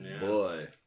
boy